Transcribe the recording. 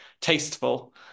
tasteful